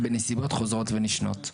בנסיבות חוזרות ונשנות.